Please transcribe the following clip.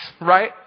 right